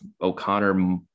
O'Connor